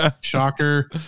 shocker